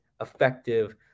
effective